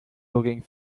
looking